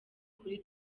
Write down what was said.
kuri